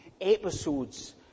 episodes